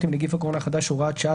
עם נגיף הקורונה החדש (הוראת שעה),